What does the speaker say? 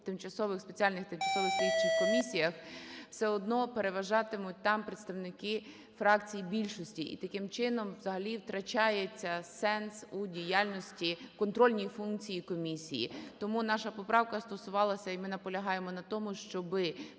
спеціальних тимчасових слідчих комісіях все одно переважатимуть там представники фракцій більшості. І таким чином взагалі втрачається сенс у діяльності контрольній функції комісії. Тому наша поправка стосувалася, і ми наполягаємо на тому, щоби